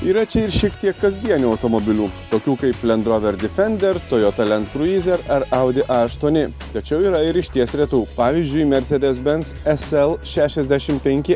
yra čia ir šiek tiek kasdienių automobilių tokių kaip lend rover difender tojota lend kruizer ar audi a aštuoni tačiau yra ir išties retų pavyzdžiui mercedes benz sl šešiasdešim penki